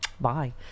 Bye